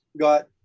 got